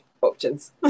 options